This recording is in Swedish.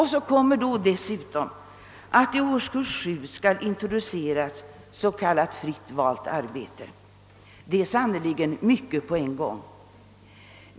Härtill kommer att det i års kurs 7 skall introduceras s.k. fritt valt arbete — det är sannerligen fråga om mycket på en gång.